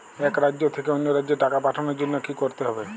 এক রাজ্য থেকে অন্য রাজ্যে টাকা পাঠানোর জন্য কী করতে হবে?